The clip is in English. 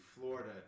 Florida